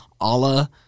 Allah